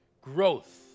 growth